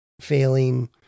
failing